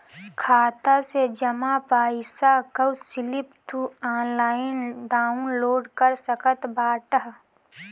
खाता से जमा पईसा कअ स्लिप तू ऑनलाइन डाउन लोड कर सकत बाटअ